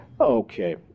okay